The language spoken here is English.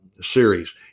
series